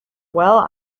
well